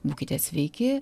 būkite sveiki